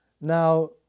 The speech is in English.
Now